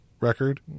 record